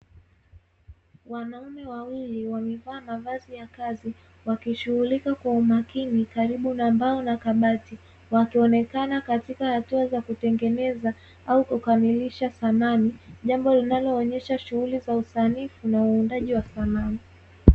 Wanaume wawili wamevaa mavazi ya kazi, wakishughulika kwa umakini karibu na mbao na kabati, wakionekana katika hatua za kutengeneza au kukamilisha samani, jambo linaloonyesha shughuli za usanifu na uundaji wa samani.